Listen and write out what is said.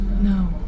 No